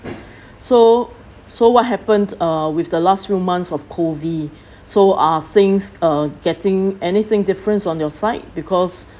so so what happened uh with the last few months of COVID so are things uh getting anything different on your side because